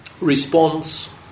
response